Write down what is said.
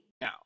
Now